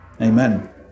Amen